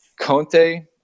Conte